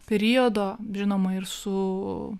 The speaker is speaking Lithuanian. periodo žinoma ir su